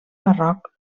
barroc